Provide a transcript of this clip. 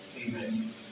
Amen